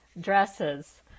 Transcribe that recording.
dresses